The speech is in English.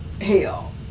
hell